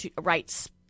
rights